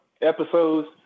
episodes